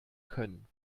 können